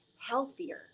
healthier